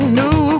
new